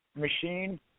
machine